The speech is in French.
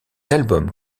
albums